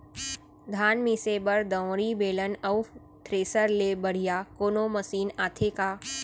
धान मिसे बर दंवरि, बेलन अऊ थ्रेसर ले बढ़िया कोनो मशीन आथे का?